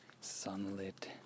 sunlit